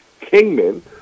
Kingman